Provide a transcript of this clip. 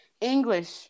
English